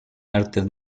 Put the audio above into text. artes